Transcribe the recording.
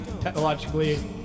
technologically